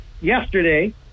yesterday